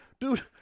Dude